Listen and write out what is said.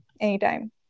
anytime